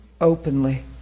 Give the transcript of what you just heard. Openly